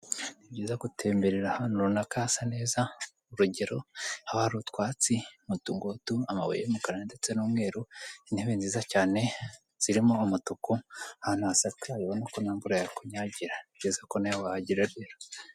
Ni byiza gutemberera urabona ko hasa neza, urugero aho ahari utwatsi nk'utungutu, amabuye y'umukara ndetse n'umweru, intebe nziza cyane zirimo umutuku, ahantu hasakaye ubona ko n'imvura yakunyagira. Nibyiza ko nawe wahagera.